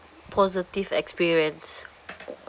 positive experience